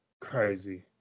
Crazy